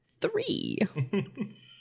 Three